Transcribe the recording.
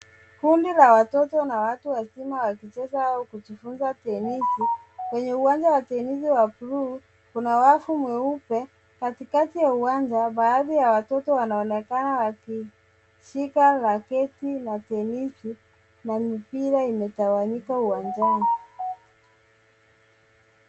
Kundi la watoto na watu wazima wakicheza au kujifunza tenesi. Kwenye uwanja wa tenisi wa blue , kuna wavu mweupe katikati ya uwanja baadhi ya watoto wanaonekana wakishika raketi na tenisi na mipira imetawanyika uwanjani.